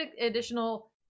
additional